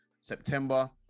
September